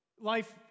Life